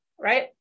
right